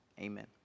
amen